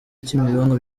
kimironko